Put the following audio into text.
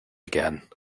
again